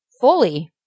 fully